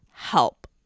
help